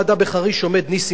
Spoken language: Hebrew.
שהיה שר מטעם ש"ס,